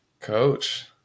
coach